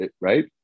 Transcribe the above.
right